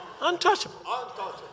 Untouchable